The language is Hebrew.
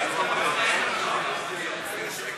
המחנה הציוני לסעיף